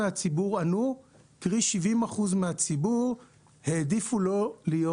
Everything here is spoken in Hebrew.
70% העדיפו לא להיות.